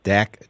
Dak